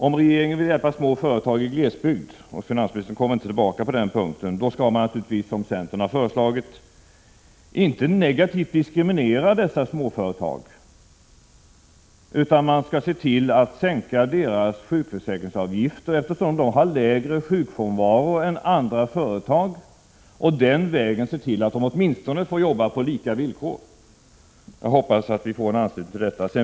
Om regeringen vill hjälpa små företag i glesbygd — finansministern kom inte tillbaka på den punkten — skall man naturligtvis, som centern har föreslagit, inte negativt diskriminera dessa småföretag utan se till att sänka företagens sjukförsäkringsavgifter, eftersom dessa företag har lägre sjukfrånvaro än andra företag. Den vägen bör man se till att de åtminstone får arbeta på lika villkor. Jag hoppas att vi vinner anslutning till denna tanke.